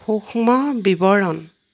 সূক্ষ্ম বিৱৰণ